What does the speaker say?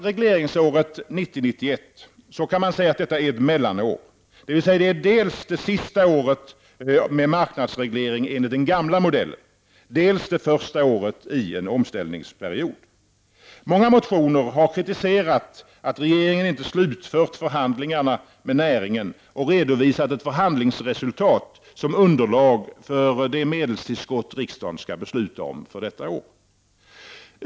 Regleringsåret 1990/91, kan sägas vara ett mellanår, dvs. det är dels det sista året med marknadsreglering enligt den gamla modellen, dels det första året i en omställningsperiod. Många motioner har kritiserat att regeringen inte slutfört förhandlingarna med näringen och redovisat ett förhandlingsresultat som underlag för de medeltillskott riksdagen skall besluta om för detta år.